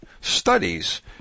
studies